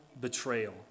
betrayal